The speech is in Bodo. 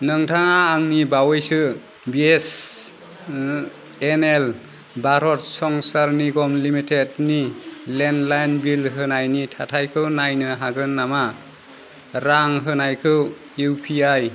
नोंथाङा आंनि बावैसो B S N L Bharat Sanchar Nigam लिमिटेडनि लेन्डलाइन बिल होनायनि थाखायखौ नायनो हागोन नामा रां होनायखौ इउ पि आई